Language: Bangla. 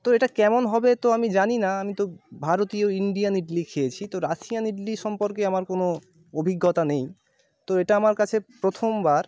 তো এটা কেমন হবে তো আমি জানি না আমি তো ভারতীয় ইন্ডিয়ান ইডলি খেয়েছি তো রাশিয়ান ইডলি সম্পর্কে আমার কোনো অভিজ্ঞতা নেই তো এটা আমার কাছে প্রথমবার